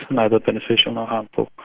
neither beneficial nor harmful.